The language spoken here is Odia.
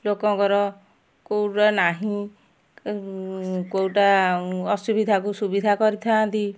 ଲୋକଙ୍କର କୋଉରା ନାହିଁ କେଉଁଟା ଅସୁବିଧାକୁ ସୁବିଧା କରିଥାନ୍ତି